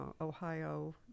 Ohio